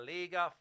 Liga